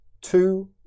two